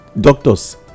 doctors